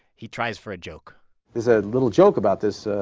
he tries for a joke there's a little joke about this ah